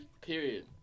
Period